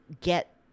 get